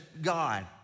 God